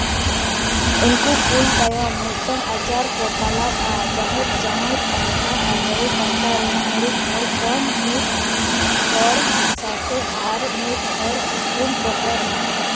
ᱩᱱᱠᱩ ᱠᱩᱞ ᱛᱟᱭᱚᱢ ᱢᱤᱫᱴᱟᱝ ᱟᱪᱟᱨ ᱠᱚ ᱯᱟᱞᱟᱣᱟ ᱡᱟᱦᱮᱨ ᱡᱟᱶᱟᱭ ᱯᱟᱦᱴᱟ ᱟᱨ ᱵᱟᱹᱦᱩ ᱯᱟᱦᱴᱟ ᱨᱮᱱ ᱢᱩᱬᱩᱫ ᱠᱚ ᱢᱤᱫ ᱦᱚᱲ ᱥᱟᱶᱛᱮ ᱟᱨ ᱢᱤᱫ ᱦᱚᱲᱟᱜ ᱩᱯᱨᱩᱢ ᱠᱚ ᱮᱢᱟ